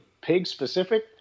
pig-specific